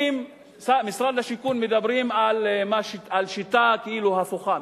משרד השיכון מדבר על שיטה כאילו הפוכה,